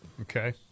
okay